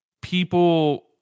people